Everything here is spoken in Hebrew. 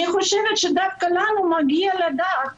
אני חושבת שדווקא לנו מגיע לדעת